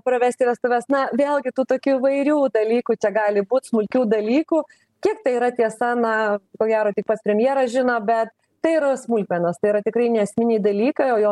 pravesti vestuves na vėlgi tų tokių įvairių dalykų čia gali būt smulkių dalykų kiek tai yra tiesa na ko gero tik pats premjeras žino bet tai yra smulkmenos tai yra tikrai neesminiai dalykai o jo